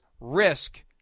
risk